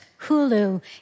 Hulu